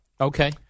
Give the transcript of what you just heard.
Okay